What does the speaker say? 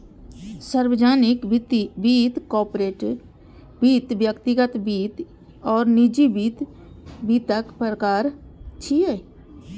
सार्वजनिक वित्त, कॉरपोरेट वित्त, व्यक्तिगत वित्त आ निजी वित्त वित्तक प्रकार छियै